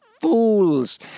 fools